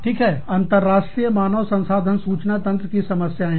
ठीक है अंतरराष्ट्रीय मानव संसाधन सूचना तंत्र की समस्याएं